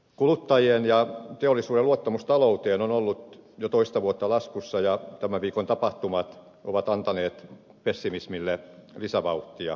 kuluttajien ja teollisuuden luottamus talouteen on ollut jo toista vuotta laskussa ja tämän viikon tapahtumat ovat antaneet pessimismille lisävauhtia